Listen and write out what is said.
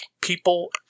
People